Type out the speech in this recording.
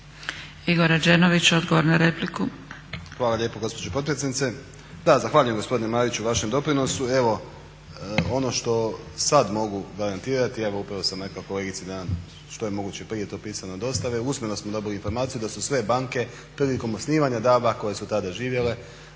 Igor Rađenović odgovor na repliku.